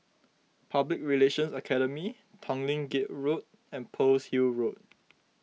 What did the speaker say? Public Relations Academy Tanglin Gate Road and Pearl's Hill Road